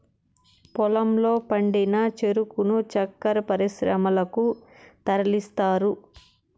పొలంలో పండిన చెరుకును చక్కర పరిశ్రమలకు తరలిస్తారు